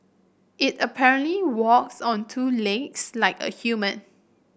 it apparently walks on two legs like a human